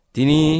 Dini